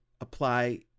apply